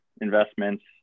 investments